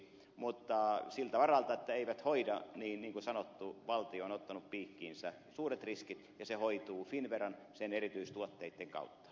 mutta siltä varalta että ne eivät osuuttaan hoida valtio on niin kuin sanottu ottanut piikkiinsä suuret riskit ja se hoituu finnveran sen erityistuotteitten kautta